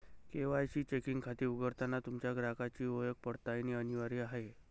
KYC checking खाते उघडताना तुमच्या ग्राहकाची ओळख पडताळणे अनिवार्य आहे